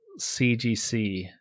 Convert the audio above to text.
CGC